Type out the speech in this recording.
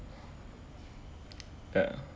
ya